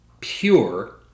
pure